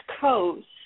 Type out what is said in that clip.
Coast